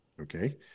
okay